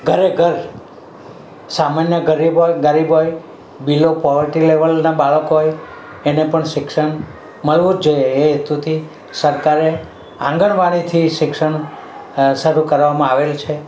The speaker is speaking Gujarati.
ઘરે ઘર સામાન્ય ગરીબ ગરીબ હોય બિલો પોવર્ટી લેવલના બાળક હોય એને પણ શિક્ષણ મળવું જ જોઈએ એ હેતુથી સરકારે આંગણવાડીથી શિક્ષણ શરૂ કરવામાં આવેલ છે